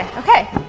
okay.